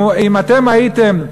אם אתם הייתם,